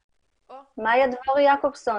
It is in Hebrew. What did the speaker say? מאיה דבורי מרשות האוכלוסין.